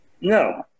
no